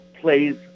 plays